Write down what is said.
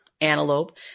antelope